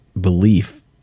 belief